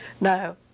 No